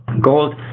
gold